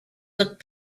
look